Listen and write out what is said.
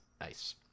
Nice